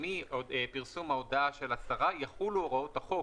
מפרסום ההודעה של השרה יחולו הוראות החוק.